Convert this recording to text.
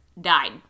died